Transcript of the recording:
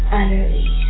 utterly